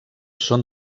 són